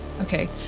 Okay